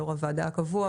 יו"ר הוועדה הקבוע,